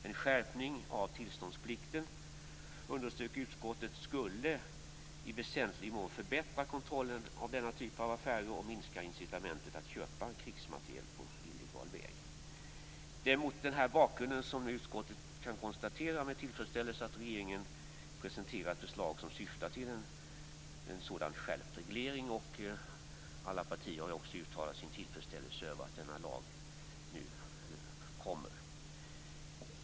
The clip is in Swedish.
En skärpning av tillståndsplikten, underströk utskottet, skulle i väsentlig mån förbättra kontrollen av denna typ av affärer och minska incitamentet att köpa krigsmateriel på illegal väg. Det är mot denna bakgrund som utskottet med tillfredsställelse kan konstatera att regeringen presenterar ett förslag som syftar till en sådan skärpt reglering. Alla partier har också uttalat sin tillfredsställelse över att denna lag nu träder i kraft.